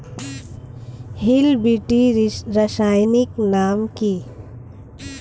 Hill বিটি রাসায়নিক নাম কি?